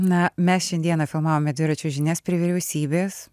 na mes šiandieną filmavome dviračio žinias prie vyriausybės